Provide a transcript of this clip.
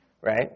right